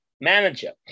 manager